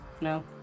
no